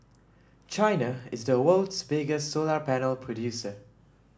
China is the world's biggest solar panel producer